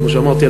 כמו שאמרתי,